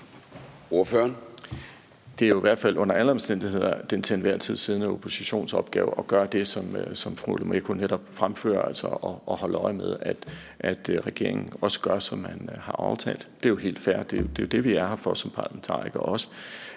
Det er jo i hvert fald under alle omstændigheder den til enhver tid siddende oppositions opgave at gøre det, som fru Christina Olumeko netop fremfører, altså at holde øje med, at regeringen også gør, som man har aftalt. Det er jo helt fair; det er det, vi også er her for som parlamentarikere.